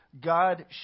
God